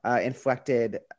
inflected